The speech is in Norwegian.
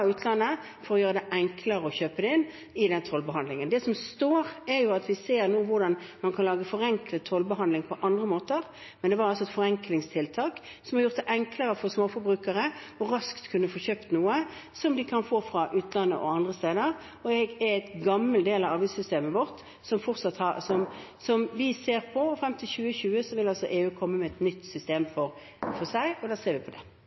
utlandet. Det som står, er at vi nå ser hvordan man kan lage en forenklet tollbehandling på andre måter. Men dette var et forenklingstiltak som har gjort det enklere for småforbrukere raskt å kunne få kjøpt noe fra utlandet og andre steder, og dette er en gammel del av avgiftssystemet vårt, og som vi ser på. Frem mot 2020 vil EU komme med et nytt system, og da vil vi se på det.